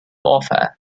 offer